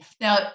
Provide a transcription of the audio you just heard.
Now